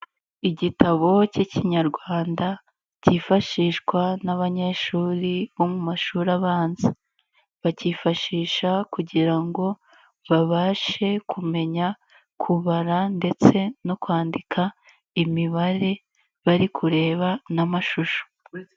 Igitabo k'Ikinyarwanda, cyifashishwa n'abanyeshuri bo mu mashuri abanza, bakifashisha kugira ngo babashe kumenya kubara ndetse no kwandika, imibare, bari kureba n'amashusho.